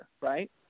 right